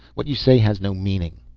what you say has no meaning.